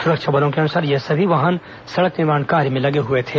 सुरक्षा बलों के अनुसार ये सभी वाहन सड़क निर्माण कार्य में लगे हुए थे